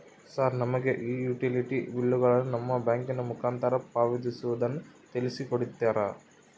Sir ನಮಗೆ ಈ utility ಬಿಲ್ಲುಗಳನ್ನು ನಿಮ್ಮ ಬ್ಯಾಂಕಿನ ಮುಖಾಂತರ ಪಾವತಿಸುವುದನ್ನು ತಿಳಿಸಿ ಕೊಡ್ತೇರಾ?